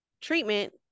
treatment